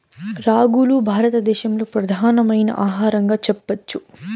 రాగులు భారత దేశంలో ప్రధానమైన ఆహారంగా చెప్పచ్చు